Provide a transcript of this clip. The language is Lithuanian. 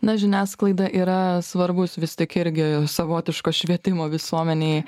na žiniasklaida yra svarbus vis tik irgi savotiško švietimo visuomenei